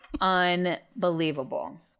Unbelievable